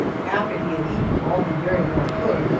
after he had eaten all he very well could,